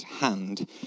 hand